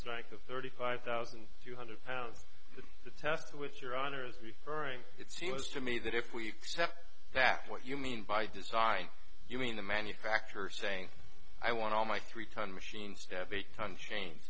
strike of thirty five thousand two hundred pounds to test with your honor's referring it seems to me that if we accept that what you mean by design you mean the manufacturer saying i want all my three ton machines